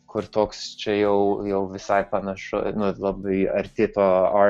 kur toks čia jau jau visai panašu nu labai arti to